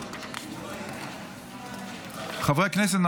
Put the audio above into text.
חברי הכנסת,